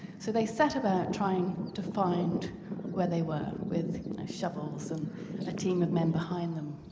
so they set about trying to find where they were with shovels and a team of men behind them.